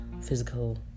physical